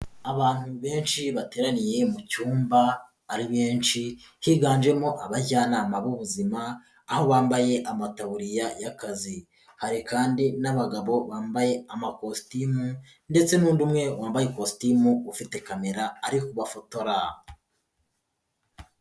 Abantu benshi bateraniye mu cyumba ari benshi higanjemo abajyanama b'ubuzima, aho bambaye amataburiya y'akazi, hari kandi n'abagabo bambaye amakositimu ndetse n'undi umwe wambaye ikositimu ufite kamera ari kubafotora.